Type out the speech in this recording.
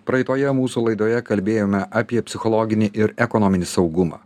praeitoje mūsų laidoje kalbėjome apie psichologinį ir ekonominį saugumą